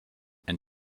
and